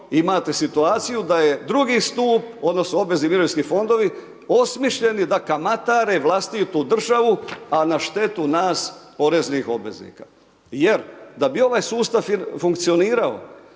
imate situaciju da je drugi stup odnosno obvezni mirovinski fondovi osmišljeni da kamatare vlastitu državu a na štetu nas poreznih obveznika jer da bi sustav funkcionirao,